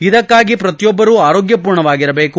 ಇದಕ್ಕಾಗಿ ಪ್ರತಿಯೊಬ್ಬರೂ ಆರೋಗ್ಯಪೂರ್ಣವಾಗಿರಬೇಕು